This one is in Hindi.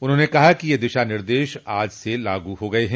उन्होंने कहा कि ये दिशा निदेश आज से लागू हो गये हैं